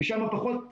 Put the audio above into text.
ושם פחות בעיה.